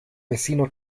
vecino